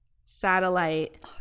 satellite